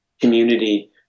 community